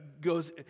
goes